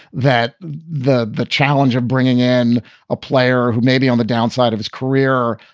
that the the challenge of bringing in a player who may be on the downside of his career,